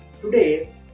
today